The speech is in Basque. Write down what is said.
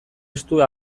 estu